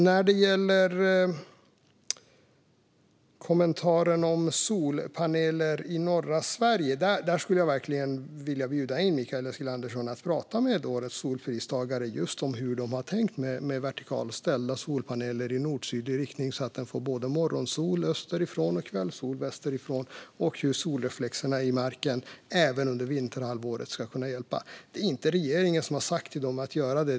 Apropå kommentaren om solpaneler i norra Sverige skulle jag verkligen vilja bjuda in Mikael Eskilandersson för att prata med årets Solenergipristagare om hur de har tänkt med vertikalställda solpaneler i nord-sydlig riktning, så att de både får morgonsol österifrån och kvällssol västerifrån, och hur solreflexerna i marken även under vinterhalvåret ska kunna hjälpa. Det är inte regeringen som har sagt till dem att göra det.